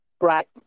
right